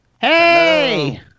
hey